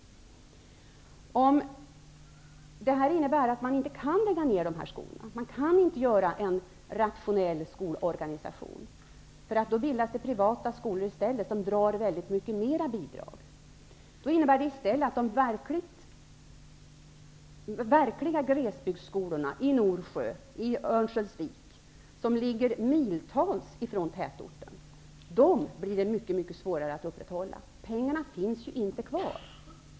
Det här förslaget innebär att man inte kan lägga ned dessa skolor. Man kan inte göra en rationell skolorganisation, för då bildas det privata skolor i stället, som drar väldigt mycket mer bidrag. Det innebär i sin tur att de verkliga glesbygdsskolorna, i Norsjö, i Örnsköldsvik, som ligger miltals från tätorten, blir mycket svårare att upprätthålla. Pengarna finns ju inte kvar.